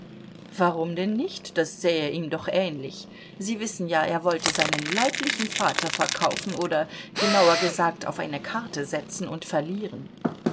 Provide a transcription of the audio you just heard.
warum denn nicht das sähe ihm doch ähnlich sie wissen ja er wollte seinen leiblichen vater verkaufen oder genauer gesagt auf eine karte setzen und verlieren